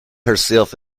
herself